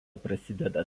prasideda